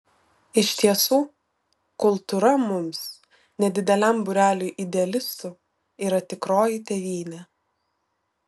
iš tiesų kultūra mums nedideliam būreliui idealistų yra tikroji tėvynė